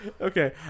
okay